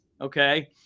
Okay